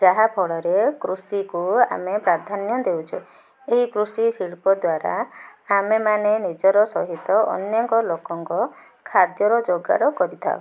ଯାହାଫଳରେ କୃଷିକୁ ଆମେ ପ୍ରାଧାନ୍ୟ ଦେଉଛୁ ଏହି କୃଷି ଶିଳ୍ପ ଦ୍ୱାରା ଆମେ ମାନେ ନିଜର ସହିତ ଅନେକ ଲୋକଙ୍କ ଖାଦ୍ୟର ଯୋଗାଡ଼ କରିଥାଉ